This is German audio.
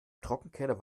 trockenkeller